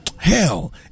Hell